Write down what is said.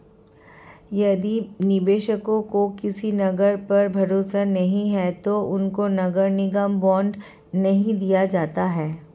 यदि निवेशकों को किसी नगर पर भरोसा नहीं है तो उनको नगर निगम बॉन्ड नहीं दिया जाता है